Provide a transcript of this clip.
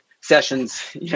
sessions